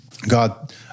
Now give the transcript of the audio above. God